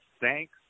thanks